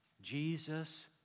Jesus